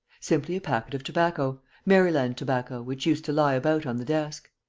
simply a packet of tobacco, maryland tobacco, which used to lie about on the desk.